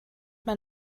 man